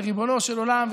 לריבונו של עולם,